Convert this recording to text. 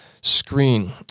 screen